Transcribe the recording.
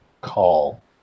call